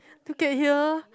to get here